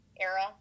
era